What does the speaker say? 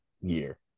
year